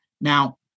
Now